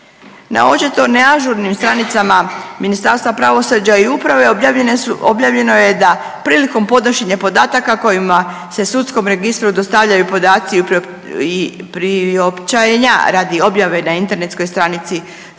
Na očito neažurnim stranicama Ministarstva pravosuđa i uprave objavljene su, objavljeno je da prilikom podnošenja podataka kojima se sudskom registru dostavljaju podaci i priopćenja radi objave na internetskoj stranici sudskog